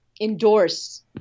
endorse